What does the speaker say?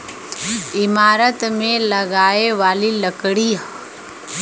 ईमारत मे लगाए वाली लकड़ी